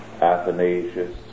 Athanasius